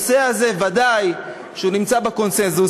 הנושא הזה ודאי שהוא נמצא בקונסנזוס.